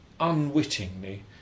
Unwittingly